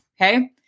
okay